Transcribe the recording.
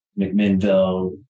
McMinnville